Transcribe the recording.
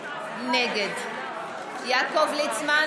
נגד יעקב ליצמן,